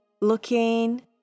looking